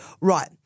right